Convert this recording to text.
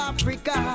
Africa